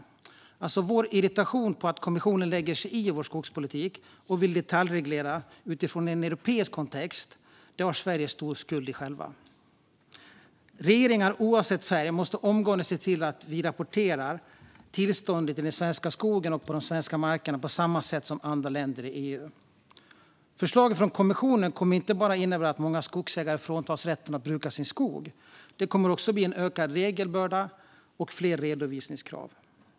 När det gäller vår irritation över att kommissionen lägger sig i vår skogspolitik och vill detaljreglera utifrån en europeisk kontext har vi i Sverige själva stor skuld i detta. Regeringar oavsett färg måste omgående se till att vi rapporterar tillståndet i den svenska skogen och på de svenska markerna på samma sätt som andra länder i EU. Förslaget från kommissionen kommer inte bara att innebära att många skogsägare fråntas rätten att bruka sin skog; det kommer också att bli en ökad regelbörda och fler redovisningskrav.